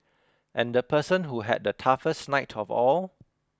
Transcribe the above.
and the person who had the toughest night of all